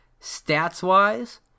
stats-wise